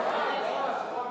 נתקבל.